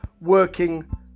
working